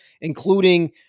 including